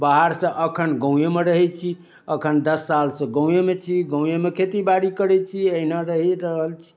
बाहरसँ एखन गाँवेमे रहै छी एखन दस सालसँ गाँवेमे छी गाँवेमे खेती बाड़ी करै छी अहिना रहि रहल छी